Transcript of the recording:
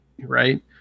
Right